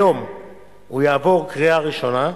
היום הוא יעבור קריאה ראשונה,